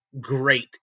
great